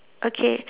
okay